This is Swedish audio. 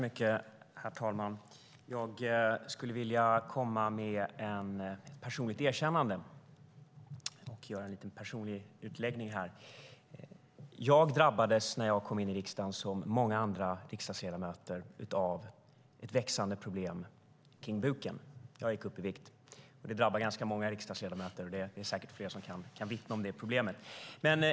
Herr talman! Låt mig göra ett personligt erkännande. När jag kom in i riksdagen drabbades jag liksom många andra riksdagsledamöter av problemet med en växande buk; jag gick upp i vikt. Det är säkert fler som kan vittna om detta problem.